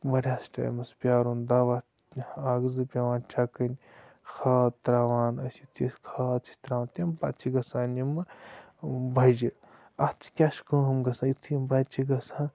واریاہَس ٹایمَس پیٛارُن دَوا اَکھ زٕ پٮ۪وان چھَکٕنۍ کھاد ترٛاوان أسۍ أتی أسۍ کھاد چھِ ترٛاوان تمہِ پَتہٕ چھِ گژھان یِمہٕ بَجہِ اَتھ کیٛاہ چھِ کٲم گژھان یُتھُے یِم بَجہِ چھِ گژھان